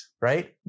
right